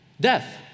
Death